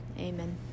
Amen